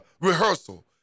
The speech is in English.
rehearsal